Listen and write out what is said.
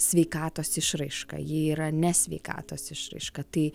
sveikatos išraiška ji yra nesveikatos išraiška tai